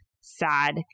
sad